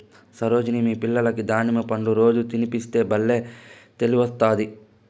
సరోజిని మీ పిల్లలకి దానిమ్మ పండ్లు రోజూ తినిపిస్తే బల్లే తెలివొస్తాది